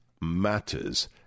matters